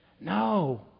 No